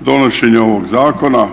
donošenje ovog zakona,